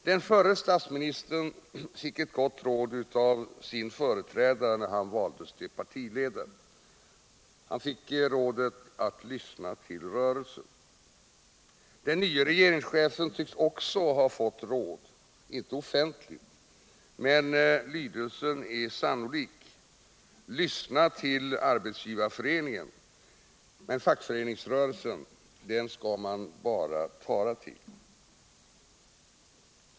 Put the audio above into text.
Den förre statsministern fick ett gott råd av sin företrädare när han valdes till partiledare: Lyssna till rörelsen! Den nye regeringschefen tycks också ha fått råd, inte offentligt, men lydelsen är sannolikt: Lyssna till Arbetsgivareföreningen! Men fackföreningsrörelsen skall man bara tala till!